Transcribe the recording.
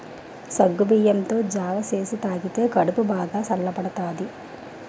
సగ్గుబియ్యంతో జావ సేసి తాగితే కడుపు బాగా సల్లబడతాది